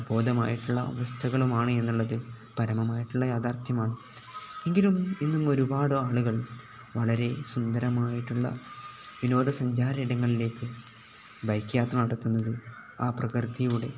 അബോധമായിട്ടുള്ള അവസ്ഥകളുമാണ് എന്നുള്ളതു പരമമായിട്ടുള്ള യാഥാർത്ഥ്യമാണ് എങ്കിലും ഇന്നും ഒരുപാട് ആളുകൾ വളരെ സുന്ദരമായിട്ടുള്ള വിനോദസഞ്ചാര ഇടങ്ങളിലേക്ക് ബൈക്ക് യാത്ര നടത്തുന്നത് ആ പ്രകൃതിയുടെ